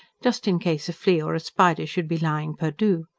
just in case a flea or a spider should be lying perdu.